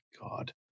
god